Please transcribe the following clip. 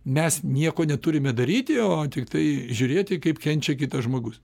mes nieko neturime daryti o tiktai žiūrėti kaip kenčia kitas žmogus